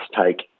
take